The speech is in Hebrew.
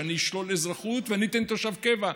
שאני אשלול אזרחות ואני אתן תושבות קבע?